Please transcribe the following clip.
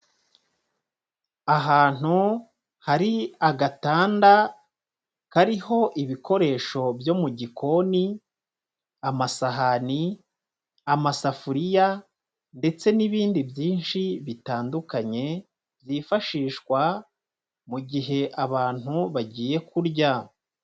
Ahantu hari agatanda kariho ibikoresho byo mu gikoni amasahani ,amasafuriya ndetse n'ibindi byinshi bitandukanye byifashishwa mu gihe abantu bagiye kurya.